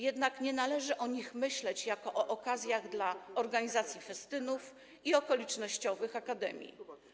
Jednak nie należy o nich myśleć jako o okazjach dla organizacji festynów i okolicznościowych akademii.